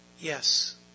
Yes